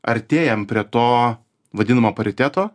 artėjam prie to vadinamo pariteto